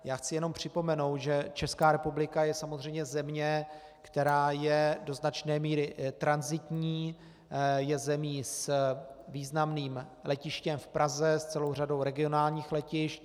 Já chci jenom připomenout, že Česká republika je samozřejmě země, která je do značné míry tranzitní, je zemí s významným letištěm v Praze, s celou řadou regionálních letišť.